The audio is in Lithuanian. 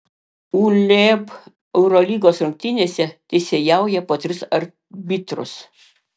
uleb eurolygos rungtynėse teisėjauja po tris arbitrus